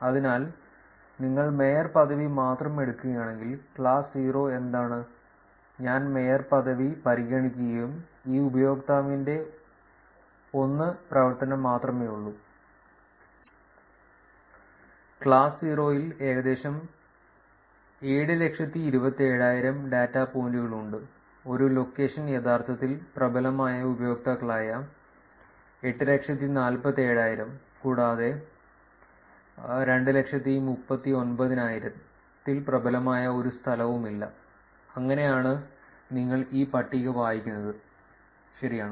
അതിനാൽ നിങ്ങൾ മേയർ പദവി മാത്രം എടുക്കുകയാണെങ്കിൽ ക്ലാസ് 0 എന്താണ് ഞാൻ മേയർ പദവി പരിഗണിക്കുകയും ഈ ഉപയോക്താവിന്റെ 1 പ്രവർത്തനം മാത്രമേയുള്ളു ക്ലാസ്സ് 0 ൽ ഏകദേശം 727000 ഡാറ്റ പോയിന്റുകൾ ഉണ്ട് ഒരു ലൊക്കേഷൻ യഥാർത്ഥത്തിൽ പ്രബലമായ ഉപയോക്താക്കളായ 847000 കൂടാതെ 239000 ൽ പ്രബലമായ ഒരു സ്ഥലവുമില്ല അങ്ങനെയാണ് നിങ്ങൾ ഈ പട്ടിക വായിക്കുന്നത് ശരിയാണ്